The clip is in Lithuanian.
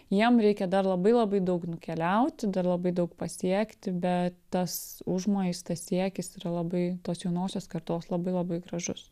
jiem reikia dar labai labai daug nukeliauti dar labai daug pasiekti bet tas užmojis tas siekis yra labai tos jaunosios kartos labai labai gražus